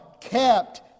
kept